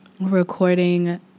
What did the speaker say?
recording